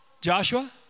Joshua